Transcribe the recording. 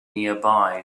nearby